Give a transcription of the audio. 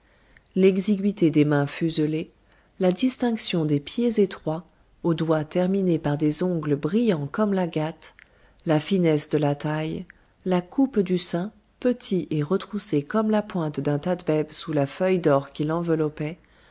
l'exiguïté des mains fuselées la distinction des pieds étroits aux doigts terminés par des ongles brillants comme l'agate la finesse de la taille la coupe du sein petit et retroussé comme la pointe d'un tatbebs sous la feuille d'or qui l'enveloppait